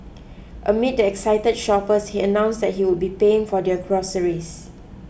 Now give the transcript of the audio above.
amid the excited shoppers he announced that he would be paying for their groceries